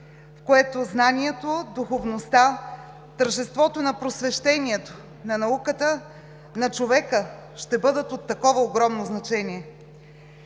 в което знанието, духовността, тържеството на просвещението, на науката, на човека ще бъдат от такова огромно значение.